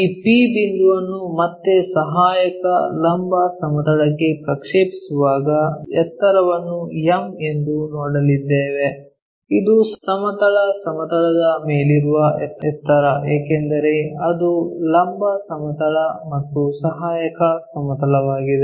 ಈ P ಬಿಂದುವನ್ನು ಮತ್ತೆ ಈ ಸಹಾಯಕ ಲಂಬ ಸಮತಲಕ್ಕೆ ಪ್ರಕ್ಷೇಪಿಸುವಾಗ ಎತ್ತರವನ್ನು m ಎಂದು ನೋಡಲಿದ್ದೇವೆ ಇದು ಸಮತಲ ಸಮತಲದ ಮೇಲಿರುವ ಎತ್ತರ ಏಕೆಂದರೆ ಅದು ಲಂಬ ಸಮತಲ ಮತ್ತು ಸಹಾಯಕ ಸಮತಲವಾಗಿದೆ